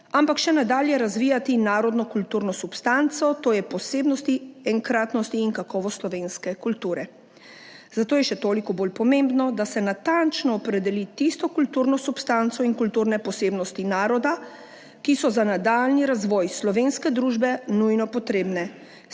ampak še nadalje razvijati narodno kulturno substanco, to je posebnosti, enkratnosti in kakovost slovenske kulture. Zato je še toliko bolj pomembno, da se natančno opredeli tisto kulturno substanco in kulturne posebnosti naroda, ki so za nadaljnji razvoj slovenske družbe nujno potrebne,